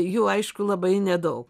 jų aišku labai nedaug